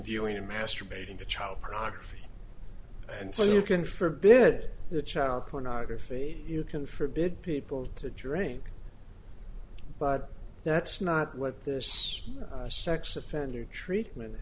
viewing a masturbating to child pornography and so you can for bid the child pornography you can forbid people to drink but that's not what this sex offender treatment